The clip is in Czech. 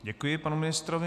Děkuji panu ministrovi.